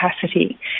capacity